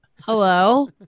Hello